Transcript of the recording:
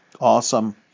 Awesome